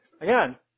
Again